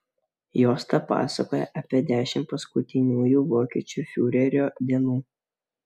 juosta pasakoja apie dešimt paskutiniųjų vokiečių fiurerio dienų